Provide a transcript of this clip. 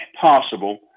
possible